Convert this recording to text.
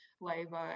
labor